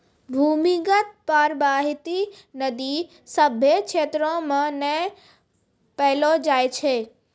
भूमीगत परबाहित नदी सभ्भे क्षेत्रो म नै पैलो जाय छै